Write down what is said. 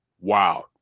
Wow